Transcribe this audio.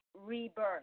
rebirth